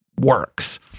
works